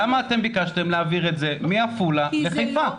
למה אתם ביקשתם להעביר את זה, מעפולה לחיפה?